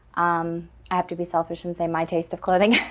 um i have to be selfish and say my taste of clothing,